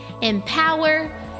empower